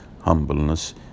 humbleness